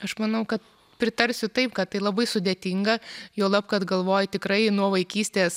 aš manau kad pritarsiu taip kad tai labai sudėtinga juolab kad galvoj tikrai nuo vaikystės